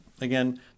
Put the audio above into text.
again